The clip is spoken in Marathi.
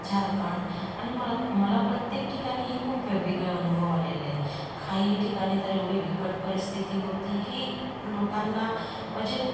झारखंड आणि मरात मला प्रत्येक ठिकाणी हे खूप वेगवेगळे अनुभव आलेले आहे काही ठिकाणी तर एवढी बिकट परिस्थिती होती की लोकांना म्हणजे